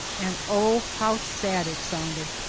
and oh, how sad it sounded!